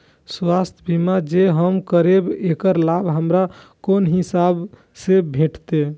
स्वास्थ्य बीमा जे हम करेब ऐकर लाभ हमरा कोन हिसाब से भेटतै?